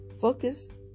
focus